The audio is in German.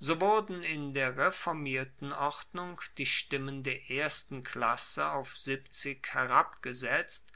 so wurden in der reformierten ordnung die stimmen der ersten klasse auf herabgesetzt